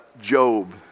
Job